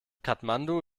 kathmandu